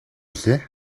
билээ